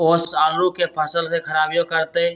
ओस आलू के फसल के खराबियों करतै?